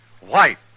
white